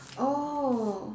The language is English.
oh